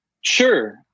Sure